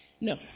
No